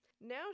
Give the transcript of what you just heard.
Now